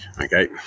okay